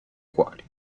quali